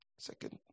second